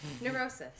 Neurosis